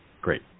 Great